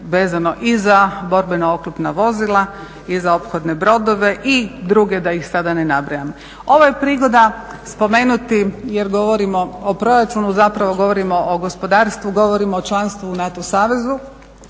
vezano i za borbena oklopna vozila i za ophodne brodove i druge da ih sada ne nabrajam. Ovo je prigoda spomenuti jer govorimo o proračunu, zapravo govorimo o gospodarstvu, govorimo o članstvu u NATO savezu.